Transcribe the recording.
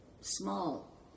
small